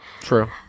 True